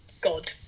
God